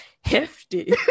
hefty